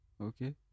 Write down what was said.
Okay